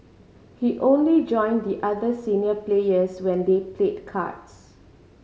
he only join the other senior players when they played cards